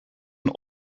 een